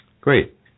Great